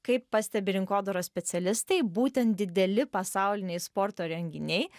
kaip pastebi rinkodaros specialistai būtent dideli pasauliniai sporto renginiai